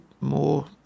more